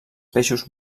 peixos